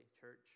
church